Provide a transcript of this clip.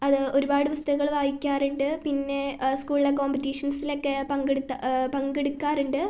അത് ഒരുപാട് പുസ്തകങ്ങൾ വായിക്കാറുണ്ട് പിന്നെ സ്കൂളിലെ കോമ്പറ്റിഷൻസിലൊക്കെ പങ്കെടുക്കാറുണ്ട്